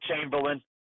Chamberlain